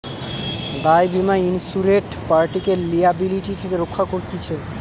দায় বীমা ইন্সুরেড পার্টিকে লিয়াবিলিটি থেকে রক্ষা করতিছে